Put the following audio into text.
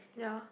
ya